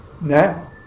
now